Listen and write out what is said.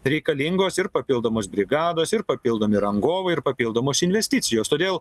reikalingos ir papildomos brigados ir papildomi rangovai ir papildomos investicijos todėl